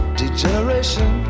degeneration